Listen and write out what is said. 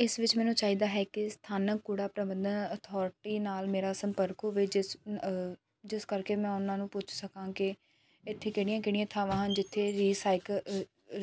ਇਸ ਵਿੱਚ ਮੈਨੂੰ ਚਾਹੀਦਾ ਹੈ ਕਿ ਸਥਾਨਕ ਕੂੜਾ ਪ੍ਰਬੰਧਾਂ ਅਥੋਰਟੀ ਨਾਲ ਮੇਰਾ ਸੰਪਰਕ ਹੋਵੇ ਜਿਸ ਜਿਸ ਕਰਕੇ ਮੈਂ ਉਨ੍ਹਾਂ ਨੂੰ ਪੁੱਛ ਸਕਾਂ ਕਿ ਇੱਥੇ ਕਿਹੜੀਆਂ ਕਿਹੜੀਆਂ ਥਾਵਾਂ ਹਨ ਜਿੱਥੇ ਰੀਸਾਈਕਲ